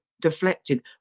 deflected